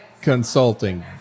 consulting